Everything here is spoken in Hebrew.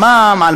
על מה המהומה?